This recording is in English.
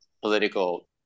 political